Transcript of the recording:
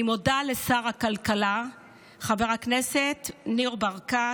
אני מודה לשר הכלכלה חבר הכנסת ניר ברקת,